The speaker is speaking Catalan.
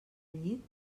llit